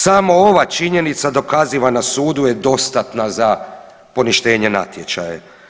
Samo ova činjenica dokaziva na sudu je dostatna za poništenje natječaja.